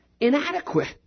inadequate